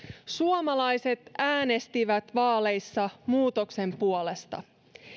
suomalaiset äänestivät vaaleissa muutoksen puolesta